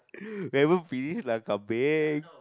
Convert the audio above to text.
never finish like a big